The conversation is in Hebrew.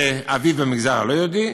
ואביב במגזר הלא-יהודי,